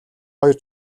хоёр